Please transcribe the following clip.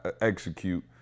execute